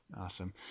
Awesome